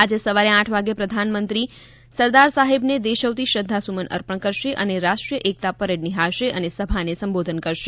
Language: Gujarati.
આજે સવારે આઠ વાગે પ્રધાનમંત્રી સરદાર સાહેબને દેશવતી શ્રદ્ધા સુમન અર્પણ કરશે અને રાષ્ટ્રીય એકતા પરેડ નિહાળશે અને સભાને સંબોધન કરશે